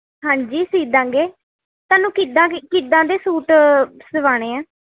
ਹਾਂਜੀ ਸੀਅ ਦੇਵਾਂਗੇ ਤੁਹਾਨੂੰ ਕਿੱਦਾਂ ਕੀ ਕਿੱਦਾਂ ਦੇ ਸੂਟ ਸਵਾਣੇ ਹੈ